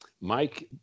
mike